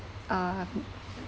um